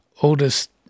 oldest